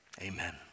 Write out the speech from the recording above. Amen